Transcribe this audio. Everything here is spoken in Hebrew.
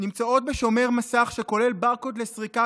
נמצאות בשומר מסך שכולל ברקוד לסריקה,